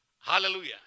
Hallelujah